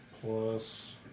plus